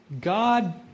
God